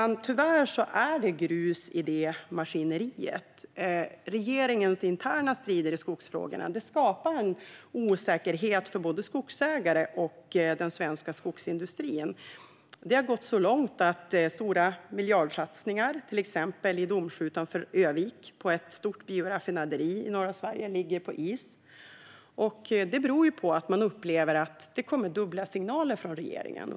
Tyvärr är det grus i detta maskineri. Regeringens interna strider i skogsfrågorna skapar en osäkerhet för både skogsägare och den svenska skogsindustrin. Det har gått så långt att stora miljardsatsningar i norra Sverige, till exempel på ett stort bioraffinaderi i Domsjö utanför Örnsköldsvik, ligger på is. Det beror på att man upplever att det kommer dubbla signaler från regeringen.